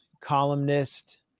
columnist